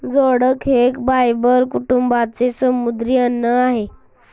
जोडक हे बायबल कुटुंबाचे समुद्री अन्न आहे